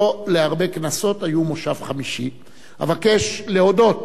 לא להרבה כנסות היה מושב חמישי, אבקש להודות